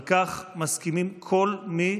על כך מסכימים כל מי